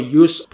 use